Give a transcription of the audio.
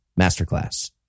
Masterclass